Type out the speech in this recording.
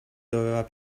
doveva